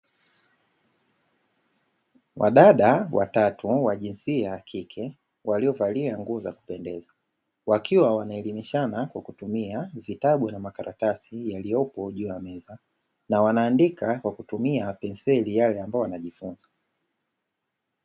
Wadada watatu wa jinsia ya kike waliovalia nguo za kupendeza, wakiwa wanaelimishana kwa kutumia vitabu na makaratasi yaliyopo juu ya meza na wanaandika kwa kutumia penseli yale ambao wanajifunza.